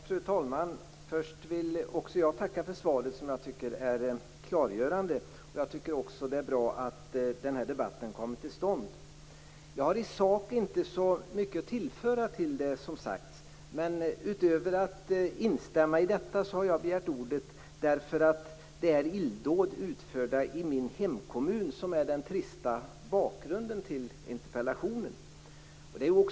Fru talman! Först vill jag tacka för svaret som jag tycker är klargörande. Jag tycker också att det är bra att den här debatten kommer till stånd. Jag har i sak inte så mycket att tillföra till det som sagts. Men utöver att instämma i detta har jag begärt ordet därför att det är illdåd utförda i min hemkommun som är den trista bakgrunden till interpellationen.